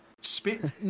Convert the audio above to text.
Spit